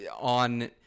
on